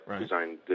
designed